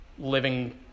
living